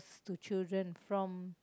to children from